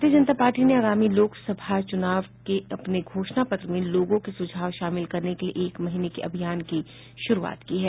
भारतीय जनता पार्टी ने आगामी लोक सभा चूनाव के अपने घोषणा पत्र में लोगों के सुझाव शामिल करने के लिए एक महीने के अभियान की शुरूआत की है